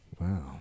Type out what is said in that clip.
Wow